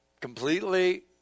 completely